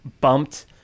bumped